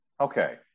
Okay